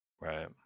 Right